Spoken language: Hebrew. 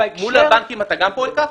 גם מול הבנקים אתה פועל כך?